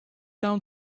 down